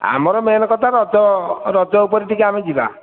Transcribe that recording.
ଆମର ମେନ୍ କଥା ରଜ ରଜ ଉପରେ ଟିକିଏ ଆମେ ଯିବା